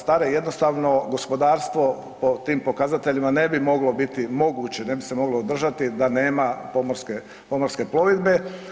Stare jednostavno gospodarstvo po tim pokazateljima ne bi moglo biti moguće, ne bi se moglo održati da nema pomorske plovidbe.